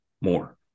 more